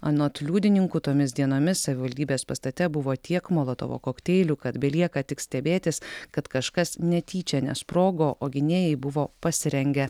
anot liudininkų tomis dienomis savivaldybės pastate buvo tiek molotovo kokteilių kad belieka tik stebėtis kad kažkas netyčia nesprogo o gynėjai buvo pasirengę